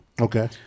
Okay